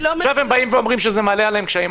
עכשיו הם אומרים שזה מעלה עליהם קשיים.